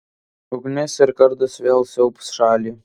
ugnis ir kardas vėl siaubs šalį